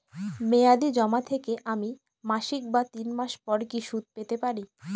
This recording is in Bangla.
মেয়াদী জমা থেকে আমি মাসিক বা তিন মাস পর কি সুদ পেতে পারি?